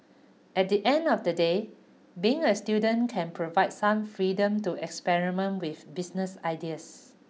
at the end of the day being a student can provide some freedom to experiment with business ideas